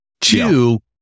Two